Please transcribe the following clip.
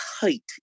height